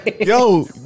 Yo